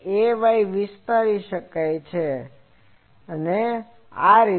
Ay વિસ્તારી શકાય છે વગેરે